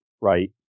right